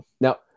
now